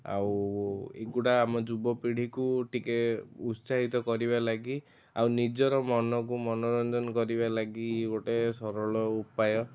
ଆଉ ଏଗୁଡ଼ା ଆମ ଯୁବପିଢ଼ିକୁ ଟିକେ ଉତ୍ସାହିତ କରିବା ଲାଗି ଆଉ ନିଜର ମନକୁ ମନୋରଞ୍ଜନ କରିବା ଲାଗି ଇଏ ଗୋଟେ ସରଳ ଉପାୟ